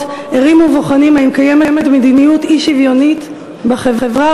ערים ובוחנים אם קיימת מדיניות אי-שוויונית בחברה,